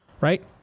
Right